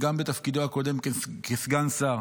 גם בתפקידו הקודם כסגן שר,